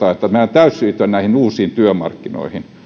täytyisi siirtyä näihin uusiin työmarkkinoihin